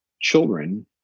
children